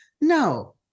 no